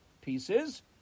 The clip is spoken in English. pieces